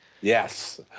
Yes